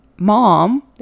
mom